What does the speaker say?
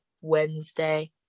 Wednesday